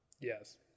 Yes